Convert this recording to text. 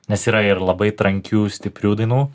nes yra ir labai trankių stiprių dainų